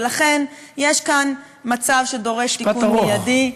ולכן יש כאן מצב שדורש תיקון מיידי.